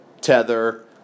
tether